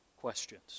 questions